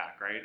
right